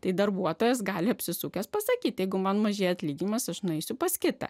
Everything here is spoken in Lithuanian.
tai darbuotojas gali apsisukęs pasakyti jeigu man maži atlikimas aš nueisiu pas kitą